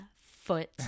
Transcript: foot